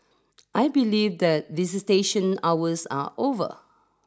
I believe that visitation hours are over